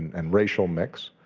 and racial mix.